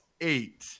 eight